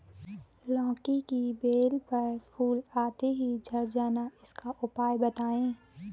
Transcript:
लौकी की बेल पर फूल आते ही झड़ जाना इसका उपाय बताएं?